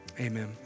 amen